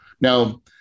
Now